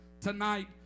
tonight